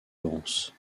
denses